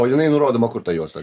o jinai nurodoma kur ta juosta